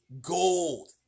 Gold